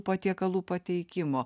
patiekalų pateikimo